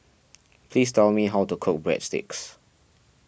please tell me how to cook Breadsticks